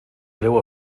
greu